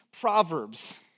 Proverbs